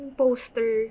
poster